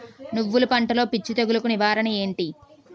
నువ్వులు పంటలో పిచ్చి తెగులకి నివారణ ఏంటి?